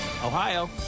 Ohio